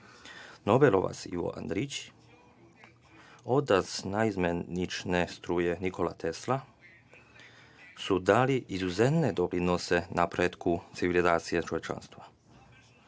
Nobelovac Ivo Andrić i otac naizmenične struje Nikola Tesla dali su izuzetne doprinose napretku civilizacije čovečanstva.